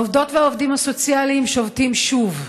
העובדות והעובדים הסוציאליים שובתים שוב.